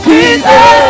Jesus